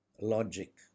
Logic